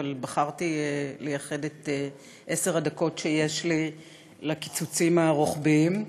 אבל בחרתי לייחד את עשר הדקות שיש לי לקיצוצים הרוחביים.